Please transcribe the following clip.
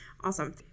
Awesome